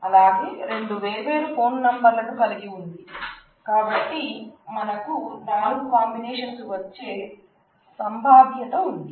అలాగే రెండు వేర్వేరు ఫోన్ నంబర్లను కలిగి ఉంది కాబట్టి మనకు నాలుగు కాంబినేషన్స్ వచ్చే సంభావ్యత ఉంది